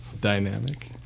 dynamic